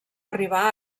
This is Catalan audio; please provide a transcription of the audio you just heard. arribar